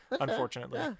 unfortunately